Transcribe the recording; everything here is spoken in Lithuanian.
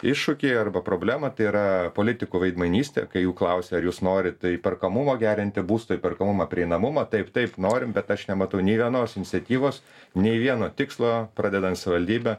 iššūkį arba problemą tai yra politikų veidmainystę kai jų klausi ar jūs norit įperkamumą gerinti būsto įperkamumą prieinamumą taip taip norim bet aš nematau nė vienos iniciatyvos nei vieno tikslo pradedant savivaldybe